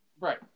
Right